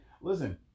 Listen